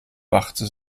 wachte